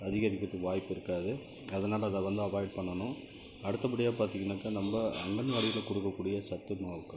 அதிகரிக்கிறத்துக்கு வாய்ப்பு இருக்காது அதனால அதை வந்து அவாய்ட் பண்ணணும் அடுத்தபடியாக பார்த்தீங்கன்னாக்கா நம்ம அங்கன்வாடியில் கொடுக்கக்கூடிய சத்து மாவுக்கள்